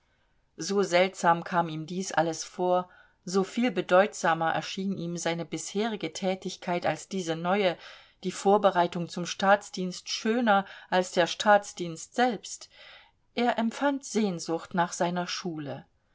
so seltsam kam ihm dies alles vor so viel bedeutsamer erschien ihm seine bisherige tätigkeit als diese neue die vorbereitung zum staatsdienst schöner als der staatsdienst selbst er empfand sehnsucht nach seiner schule